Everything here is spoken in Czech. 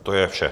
To je vše.